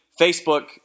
Facebook